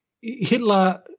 Hitler